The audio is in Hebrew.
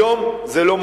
היום זה לא מתאים.